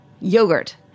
Yogurt